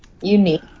Unique